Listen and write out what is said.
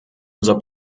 unser